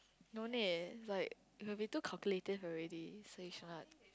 no need like when we too calculative already so you should not